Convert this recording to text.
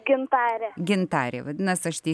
gintarė vadinasi aš teisingai pasakiau